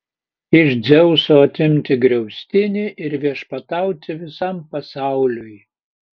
iš dzeuso atimti griaustinį ir viešpatauti visam pasauliui